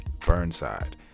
Burnside